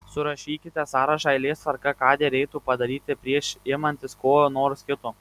surašykite sąrašą eilės tvarka ką derėtų padaryti prieš imantis ko nors kito